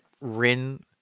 Rin